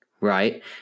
right